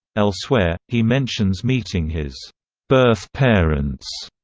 elsewhere, he mentions meeting his birth parents,